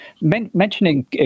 Mentioning